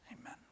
Amen